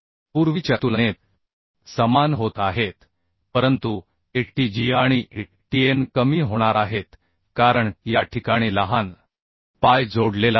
पूर्वीच्या तुलनेत समान होत आहेत परंतु A t gआणि Atn कमी होणार आहेत कारण या ठिकाणी लहान पाय जोडलेला आहे